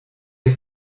les